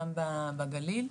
גם בגליל,